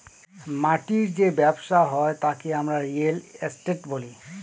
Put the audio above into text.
মাটির যে ব্যবসা হয় তাকে আমরা রিয়েল এস্টেট বলি